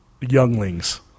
younglings